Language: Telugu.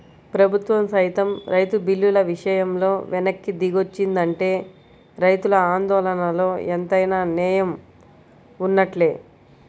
ప్రభుత్వం సైతం రైతు బిల్లుల విషయంలో వెనక్కి దిగొచ్చిందంటే రైతుల ఆందోళనలో ఎంతైనా నేయం వున్నట్లే